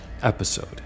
episode